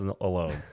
alone